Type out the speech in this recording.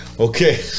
Okay